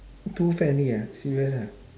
too friendly ah serious ah